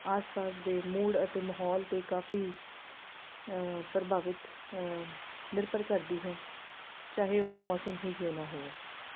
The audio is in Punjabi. ਆਸ ਪਾਸ ਦੇ ਮੂਡ ਅਤੇ ਮਾਹੌਲ 'ਤੇ ਕਾਫੀ ਪ੍ਰਭਾਵਿਤ ਨਿਰਭਰ ਕਰਦੀ ਹੈ ਚਾਹੇ ਉਹ ਮੌਸਮ ਹੀ ਕਿਉਂ ਨਾ ਹੋਵੇ